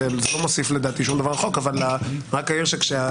לדעתי לא מוסיף שום דבר לחוק אבל אני אעיר שכאשר